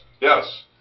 yes